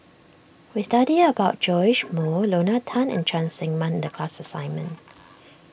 we studied about Joash Moo Lorna Tan and Cheng Tsang Man the class assignment